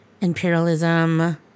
imperialism